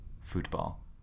football